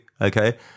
okay